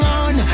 on